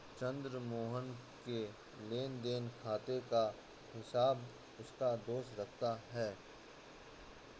चंद्र मोहन के लेनदेन खाते का हिसाब उसका दोस्त रखता है